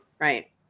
Right